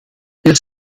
wir